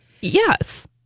Yes